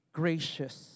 gracious，